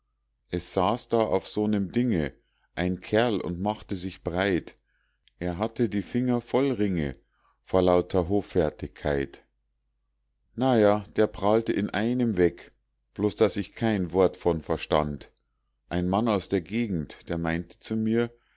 es saß da auf so nem dinge ein kerl und machte sich breit er hatte die finger voll ringe vor lauter hoffärtigkeit na ja der prahlte in einem weg bloß daß ich kein wort von verstand ein mann aus der gegend der meinte zu mir